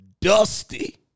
dusty